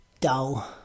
dull